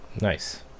nice